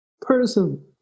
person